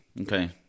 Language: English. Okay